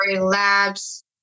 Labs